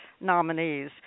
nominees